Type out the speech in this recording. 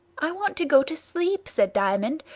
i want to go to sleep, said diamond,